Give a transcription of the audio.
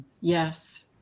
Yes